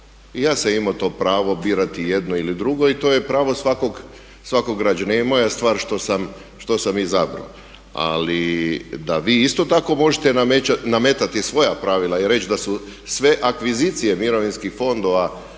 I ja sam imao to pravo birati jedno ili drugo i to je pravo svakog građanina. I moja je stvar što sam izabrao. Ali da vi isto tako možete nametati svoja pravila i reći da sve akvizicije mirovinskih fondova